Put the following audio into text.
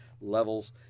levels